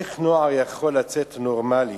"איך נוער יכול לצאת נורמלי